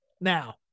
now